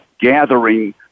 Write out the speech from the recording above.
gathering